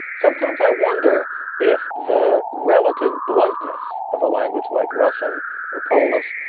sometimes i wonder if the relative bluntness of a language like russian or polish,